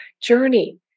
journey